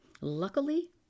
luckily